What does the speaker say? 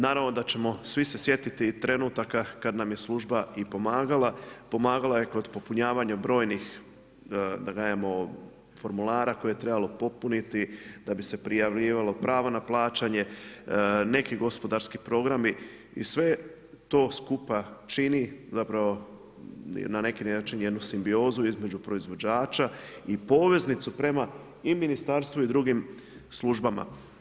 Naravno da ćemo se svi sjetiti trenutaka kada nam je služba i pomagala, pomagala je kod popunjavanja brojni formulara koje je trebalo popuniti, da bi se prijavljivalo pravo na plaćanje, neki gospodarski programi i sve to skupa čini na neki način jednu simbiozu između proizvođača i poveznicu prema i ministarstvu i drugim službama.